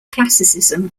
classicism